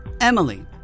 Emily